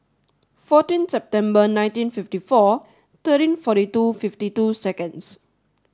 fourteen September ninteen fifty four thirteen forty two fifty two seconds